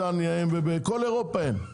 בכל אירופה אין.